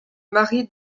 mari